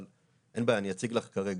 אבל אין בעיה, אני אציג לך כרגע.